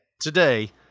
today